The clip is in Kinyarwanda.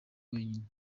wenyine